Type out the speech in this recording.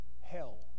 Hell